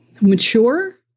mature